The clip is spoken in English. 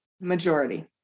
majority